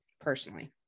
personally